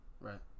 Right